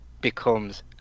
becomes